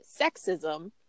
sexism